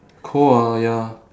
cold ah ya